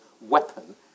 weapon